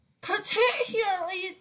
particularly